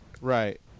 Right